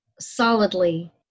solidly